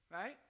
right